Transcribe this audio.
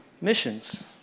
missions